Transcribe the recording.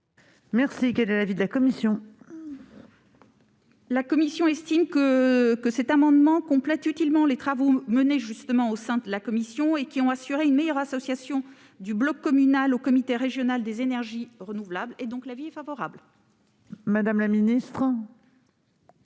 Quel est l'avis de la commission ? La commission estime que cet amendement complète utilement les travaux menés au sein de la commission, qui ont permis d'assurer une meilleure association du bloc communal au comité régional des énergies renouvelables. L'avis est donc favorable. Quel est